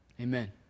Amen